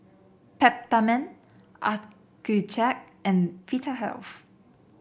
Peptamen Accucheck and Vitahealth